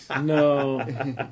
No